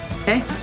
okay